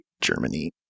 Germany